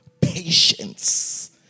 patience